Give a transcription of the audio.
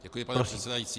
Děkuji, pane předsedající.